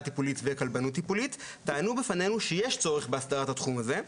טיפולית וכלבנות טיפולית טענו בפנינו שיש צורך בהסדרת התחום הזה.